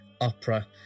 opera